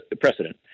precedent